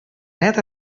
net